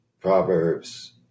Proverbs